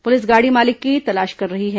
police गाड़ी मालिक की तलाश कर रही है